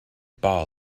ball